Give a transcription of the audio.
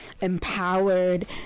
empowered